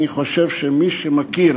אני חושב שמי שמכיר